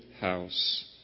house